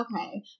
Okay